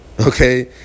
Okay